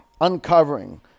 uncovering